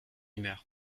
humeur